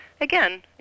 again